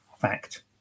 Fact